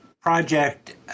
project